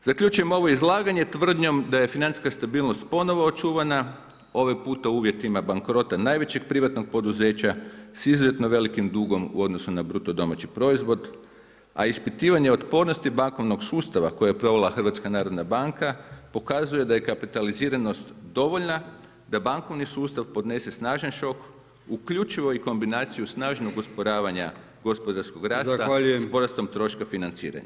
Zaključujem ovo izlaganje tvrdnjom da je financijska stabilnost ponovo očuvana, ovaj puta u uvjetima bankrota najvećeg privatnog poduzeća s izuzetno velikim dugom u odnosu na BDP, a ispitivanje otpornosti bankovnog sustava koje je provela HNB, pokazuje da je kapitaliziranost dovoljna da bankovni sustav podnese snažan šok uključivo i kombinaciju snažnog usporavanja gospodarskog rasta s porastom troška financiranja.